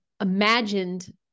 imagined